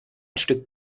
stück